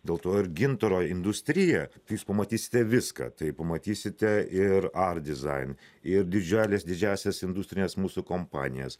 dėl to ir gintaro industrija jūs pamatysite viską tai pamatysite ir art design ir didželes didžiąsias industrines mūsų kompanijas